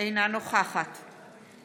אינו נוכח דוד